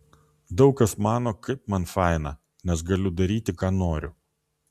daug kas mano kaip man faina nes galiu daryti ką noriu